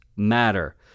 matter